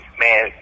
man